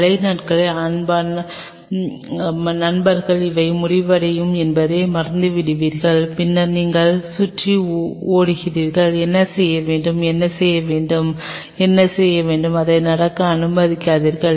மழை நாட்களில் அன்பான நண்பர்கள் இவை முடிவடையும் என்பதை மறந்துவிடுவார்கள் பின்னர் நீங்கள் சுற்றி ஓடுகிறீர்கள் என்ன செய்ய வேண்டும் என்ன செய்ய வேண்டும் என்ன செய்ய வேண்டும் அதை நடக்க அனுமதிக்காதீர்கள்